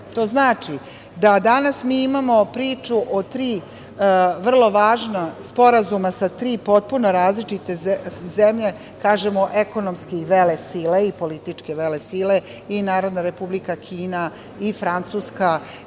znači da danas mi imamo priču o tri vrlo važna sporazuma sa tri potpuno različite zemlje, kažemo ekonomski velesile i političke velesile, i Narodna Republika Kina i Francuska